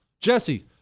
Jesse